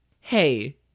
Hey